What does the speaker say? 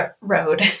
road